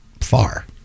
far